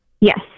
Yes